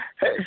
Hey